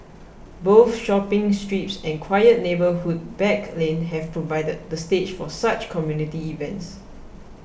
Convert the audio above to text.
both shopping strips and quiet neighbourhood back lanes have provided the stage for such community events